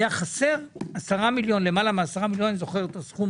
היה חסר למעלה מעשרה מיליון שקל.